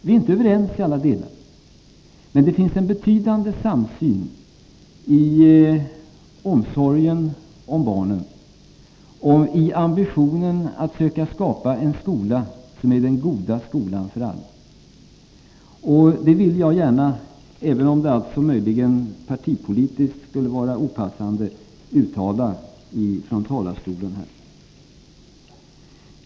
Vi är inte överens i alla delar, men det finns en betydande samsyn i omsorgen om barnen, i ambitionen att söka skapa en skola som är den goda skolan för alla. Även om det möjligen partipolitiskt skulle vara opassande, vill jag uttala detta från talarstolen.